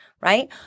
right